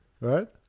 Right